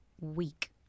week